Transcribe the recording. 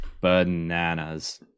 Bananas